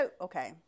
Okay